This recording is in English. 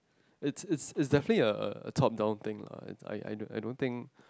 it's it's it's definitely a a top down thing I I I don't think